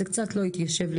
זה קצת לא התיישב לי,